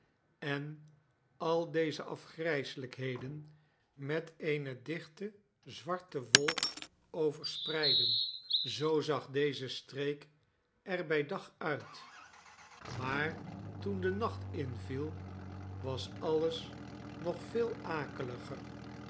en al deze afgrijselijkheden met eene dichte zwarte wolk overspreidden zoo zag deze streek er bij dag uit maar toen de nacht inviel was alles nog veel